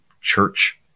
church